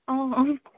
অঁ অঁ